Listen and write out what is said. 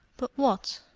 but what?